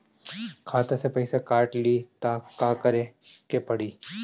खाता से पैसा काट ली त का करे के पड़ी?